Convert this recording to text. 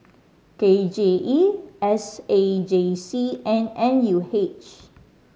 K J E S A J C and N U H